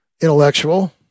intellectual